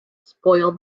spoil